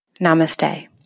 Namaste